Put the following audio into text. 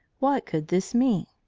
what could this mean?